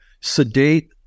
sedate